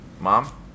Mom